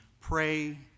pray